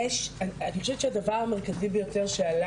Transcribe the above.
אני חושבת שהדבר המרכזי ביותר שעלה,